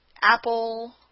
Apple